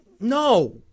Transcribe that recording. No